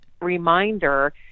reminder